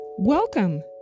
Welcome